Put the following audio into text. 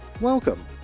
Welcome